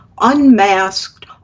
unmasked